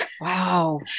Wow